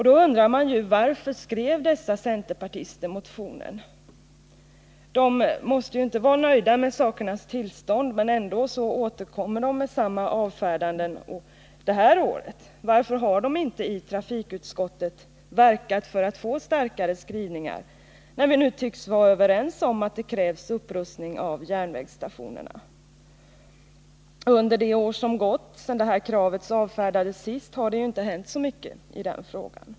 Då undrar man ju: Varför skrev dessa centerpartister motionen? De kan ju inte vara nöjda med sakernas tillstånd men ändå återkomma med samma avfärdanden det här året. Varför har de inte i trafikutskottet verkat för att få starkare skrivningar när vi nu tycks vara överens om att det krävs upprustning av järnvägsstationerna? Under det år som gått sedan det här kravet senast avfärdades har det ju inte hänt så mycket i den frågan.